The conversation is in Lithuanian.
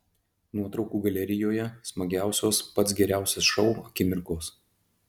nuotraukų galerijoje smagiausios pats geriausias šou akimirkos